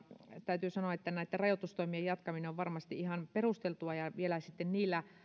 täytyy sanoa että näiden rajoitustoimien jatkaminen on varmasti ihan perusteltua ja vielä sitten niillä